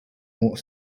more